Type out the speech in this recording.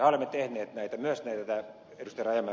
mehän olemme tehneet myös näitä ed